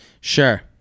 Sure